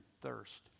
thirst